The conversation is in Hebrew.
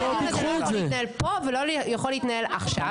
הדיון הזה לא מתנהל פה ולא יכול להתנהל עכשיו.